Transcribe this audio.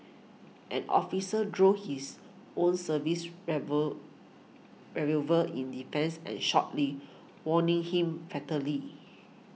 an officer drew his own service revel revolver in defence and shot Lee wounding him fatally